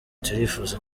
turifuza